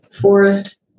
forest